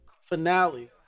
finale